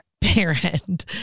parent